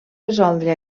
resoldre